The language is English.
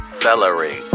celery